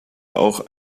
auch